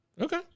Okay